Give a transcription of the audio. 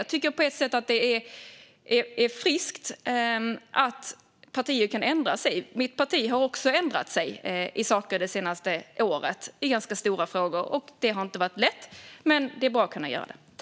Jag tycker på ett sätt att det är friskt att partier kan ändra sig. Mitt parti har också ändrat sig i ganska stora frågor det senaste året. Det har inte varit lätt, men det är bra att kunna göra det.